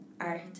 art